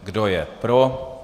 Kdo je pro?